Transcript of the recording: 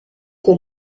que